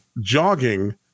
jogging